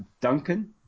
Duncan